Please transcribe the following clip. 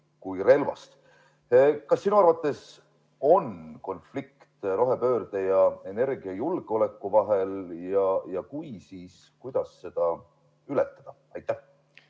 Kas sinu arvates on konflikt rohepöörde ja energiajulgeoleku vahel ning kui on, siis kuidas seda ületada? Ma